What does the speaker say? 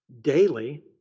daily